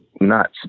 nuts